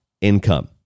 income